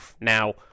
Now